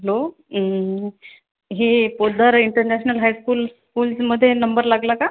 hello हे Podar international high school स्कूलमध्ये number लागला का